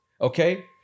Okay